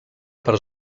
per